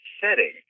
setting